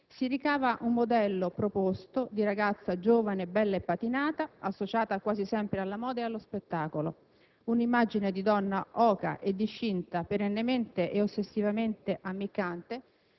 si ricava un modello proposto di ragazza giovane, bella e patinata, associata quasi sempre alla moda e allo spettacolo. Un'immagine di donna oca e discinta, perennemente e ossessivamente ammiccante,